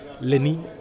Lenny